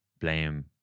blame